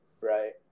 Right